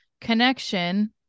connection